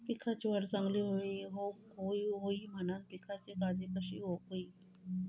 पिकाची वाढ चांगली होऊक होई म्हणान पिकाची काळजी कशी घेऊक होई?